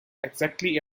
exactly